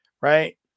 Right